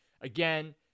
Again